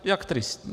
Jak tristní.